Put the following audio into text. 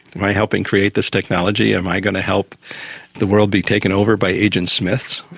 am i helping create this technology? am i going to help the world be taken over by agent smiths?